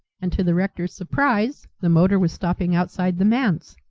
and to the rector's surprise the motor was stopping outside the manse,